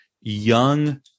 young